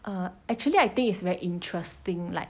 uh actually I think it's very interesting like